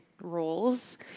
roles